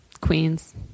Queens